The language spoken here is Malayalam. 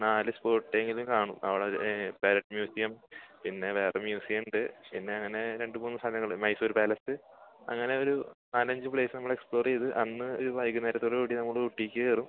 നാല് സ്പോട്ടിങ്ങിൽ കാണും അവടൊരു പാലസ് മ്യൂസിയം പിന്നെ വേറെ മ്യൂസിയം ഉണ്ട് പിന്നെ അങ്ങനെ രണ്ട് മൂന്ന് സ്ഥലങ്ങൾ മൈസൂർ പാലസ് അങ്ങനെയൊരു നാലഞ്ച് പ്ലേസ് നമ്മൾ എക്സ്പ്ലോർ ചെയ്ത് അന്ന് ഒരു വൈകുന്നേരത്തോടുകൂടി നമ്മൾ ഊട്ടിക്ക് കേറും